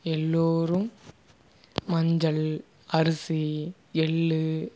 எல்லோரும் மஞ்சள் அரிசி எள்